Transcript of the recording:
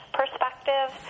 perspective –